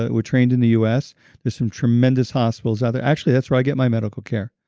were trained in the us there's some tremendous hospitals out there. actually, that's where i get my medical care.